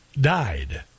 died